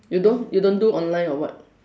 you don't you don't do online or what